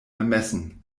ermessen